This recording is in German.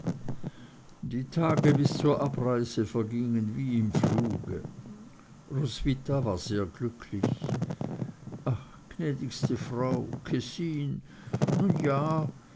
die tage bis zur abreise vergingen wie im fluge roswitha war sehr glücklich ach gnädigste frau kessin nun ja